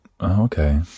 okay